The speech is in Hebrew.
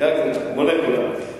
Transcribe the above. כמו בעברית, מולקולה.